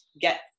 get